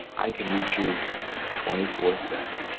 i can reach you twenty four seven.